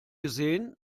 gesehen